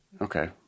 Okay